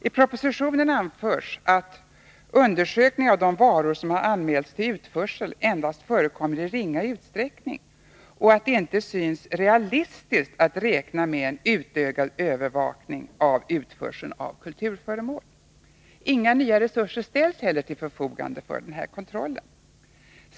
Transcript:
I propositionen anförs att undersökningar av de varor som har anmälts till utförsel endast förekommer i ringa utsträckning och att det inte synes realistiskt att räkna med en utökad övervakning av utförseln av kulturföremål. Inga nya resurser ställs heller till förfogande för den här kontrollen.